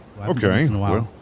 Okay